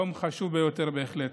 זה יום חשוב ביותר בהחלט,